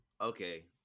okay